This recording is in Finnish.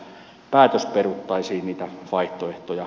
niitä vaihtoehtoja kyllä on